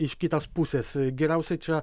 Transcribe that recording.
iš kitas pusės geriausiai čia